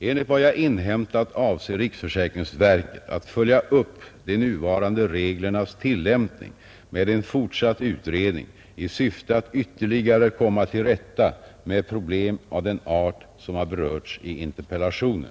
Enligt vad jag inhämtat avser riksförsäkringsverket att följa upp de nuvarande reglernas tillämpning med en fortsatt utredning i syfte att ytterligare komma till rätta med problem av den art som har berörts i interpellationen.